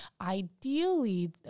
Ideally